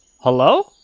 hello